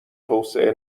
توسعه